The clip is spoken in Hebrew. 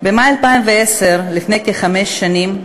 במאי 2010, לפני כחמש שנים,